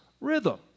rhythm